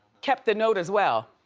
kept the note as well,